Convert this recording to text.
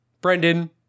Brendan